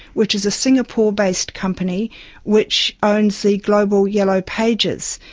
which is a singapore based company which owns the global yellow pages.